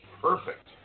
perfect